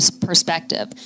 perspective